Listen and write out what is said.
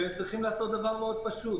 והם צריכים לעשות דבר מאוד פשוט,